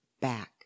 back